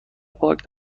پاک